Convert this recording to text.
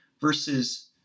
versus